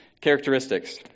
characteristics